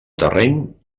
terreny